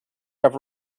have